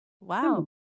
Wow